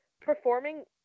performing